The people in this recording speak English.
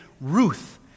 Ruth